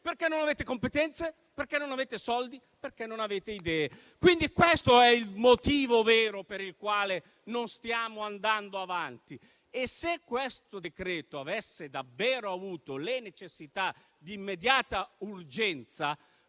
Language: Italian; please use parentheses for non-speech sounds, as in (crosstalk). perché non avete competenze, perché non avete soldi, perché non avete idee. Questo è il motivo vero per il quale non stiamo andando avanti. (applause) Se questo decreto-legge avesse davvero avuto necessità e urgenza,